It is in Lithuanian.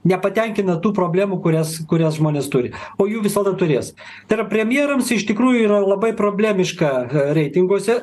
nepatenkina tų problemų kurias kurias žmonės turi o jų visada turės tai yra premjerams iš tikrųjų yra labai problemiška reitinguose